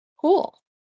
Cool